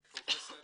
פרופ'